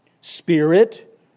spirit